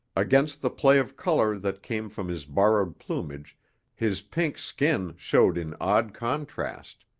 against the play of color that came from his borrowed plumage his pink skin showed in odd contrast.